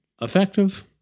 effective